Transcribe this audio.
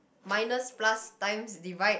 minus plus times divide